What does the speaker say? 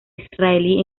israelí